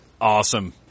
Awesome